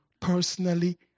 personally